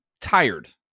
tired